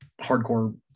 hardcore